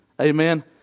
Amen